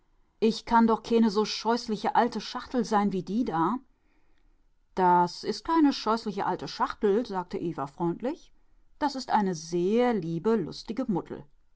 ich kann doch keene so scheußliche alte schachtel sein wie die da das ist keine scheußliche alte schachtel sagte eva freundlich das ist eine sehr liebe